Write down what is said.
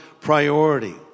priority